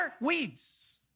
weeds